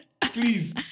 Please